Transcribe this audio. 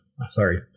sorry